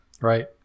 right